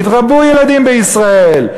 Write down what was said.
יתרבו ילדים בישראל.